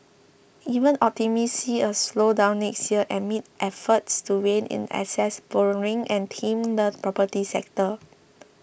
even optimists see a slowdown next year amid efforts to rein in excess borrowing and tame the property sector